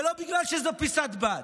ולא בגלל שזו פיסת בד,